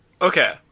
Okay